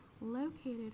located